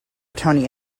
tony